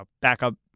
backup